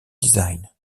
design